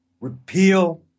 repeal